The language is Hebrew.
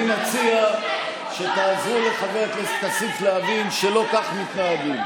אני מציע, תלמדי לחיות עם העובדה: